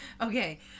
Okay